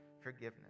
forgiveness